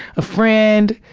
a friend,